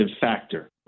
factor